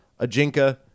Ajinka